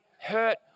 hurt